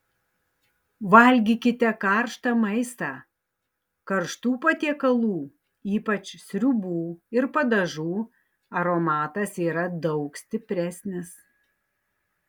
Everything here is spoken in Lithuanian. valgykite karštą maistą karštų patiekalų ypač sriubų ir padažų aromatas yra daug stipresnis